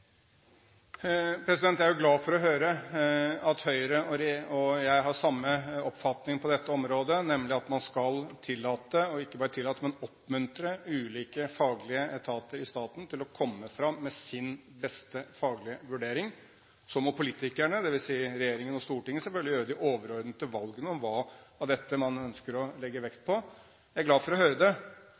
Jeg er glad for å høre at Høyre og jeg har samme oppfatning på dette området, nemlig at man skal tillate – og ikke bare tillate, men oppmuntre – ulike faglige etater i staten til å komme fram med sin beste faglige vurdering. Så må politikerne, dvs. regjeringen og Stortinget, selvfølgelig gjøre de overordnede valgene om hva av dette man ønsker å legge vekt på. Jeg er glad for å høre det,